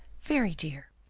very dear.